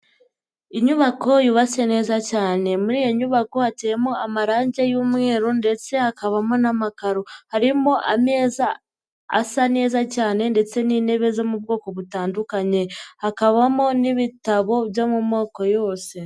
Inyubako yubatse neza cyane muri iyo nyubako hateyemo amarangi y'umweru ndetse hakabamo n'amakaro, harimo ameza asa neza cyane ndetse n'intebe zo mu bwoko butandukanye, hakabamo n'ibitabo byo mu moko yose.